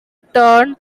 turned